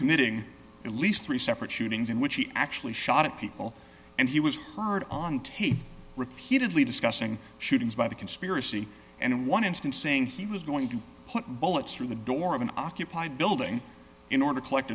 committing at least three separate shootings in which he actually shot at people and he was heard on tape repeatedly discussing shootings by the conspiracy and in one instance saying he was going to put a bullet through the door of an occupied building in order to collect